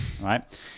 right